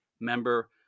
member